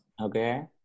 Okay